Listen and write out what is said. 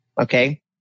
Okay